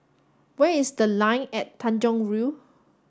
where is The Line at Tanjong Rhu